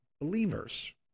believers